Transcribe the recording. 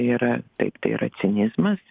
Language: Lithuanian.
yra taip tai yra cinizmas